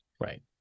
Right